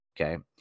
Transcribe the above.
Okay